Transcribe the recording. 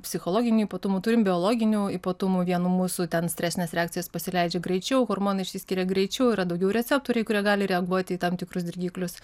psichologinių ypatumų turim biologinių ypatumų vienų mūsų ten stresinės reakcijos pasileidžia greičiau hormonai išsiskiria greičiau yra daugiau receptoriai kurie gali reaguoti į tam tikrus dirgiklius